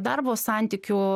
darbo santykių